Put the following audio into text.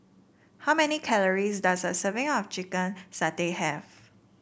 how many calories does a serving of Chicken Satay have